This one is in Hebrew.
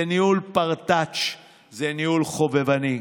זה ניהול פרטאץ', זה ניהול חובבני.